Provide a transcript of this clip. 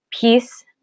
peace